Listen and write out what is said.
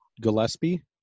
gillespie